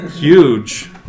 Huge